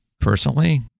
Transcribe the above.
Personally